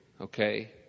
okay